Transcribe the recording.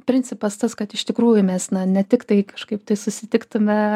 principas tas kad iš tikrųjų mes ne tik tai kažkaip tai susitiktume